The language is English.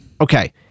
Okay